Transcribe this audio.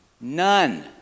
None